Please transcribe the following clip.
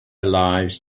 lives